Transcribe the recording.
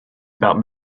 about